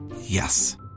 Yes